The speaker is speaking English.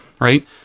right